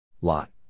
LOT